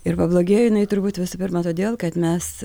ir pablogėjo jinai turbūt visų pirma todėl kad mes